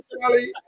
Charlie